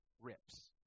rips